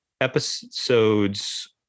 episodes